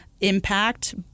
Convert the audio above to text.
impact